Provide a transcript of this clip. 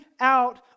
out